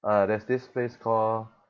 ah there's this place called